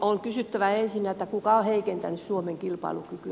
on kysyttävä ensinnä kuka on heikentänyt suomen kilpailukykyä